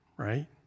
Right